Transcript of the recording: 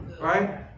Right